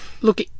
Look